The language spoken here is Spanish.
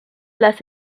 las